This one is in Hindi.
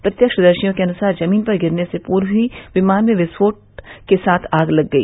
प्रत्यक्षदर्शियों के अनुसार जमीन पर गिरने के पूर्व ही विमान में विस्फोट के साथ आग लग गई